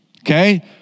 Okay